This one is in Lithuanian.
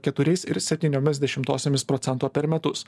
keturiais ir septyniomis dešimtosiomis procento per metus